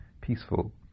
peaceful